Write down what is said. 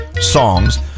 songs